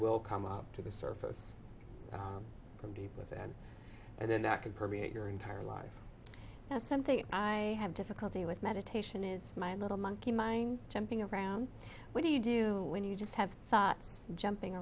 will come up to the surface from deep within and then that can permeate your entire life that's something i have difficulty with meditation is my little monkey mind jumping around what do you do when you just have thoughts jumping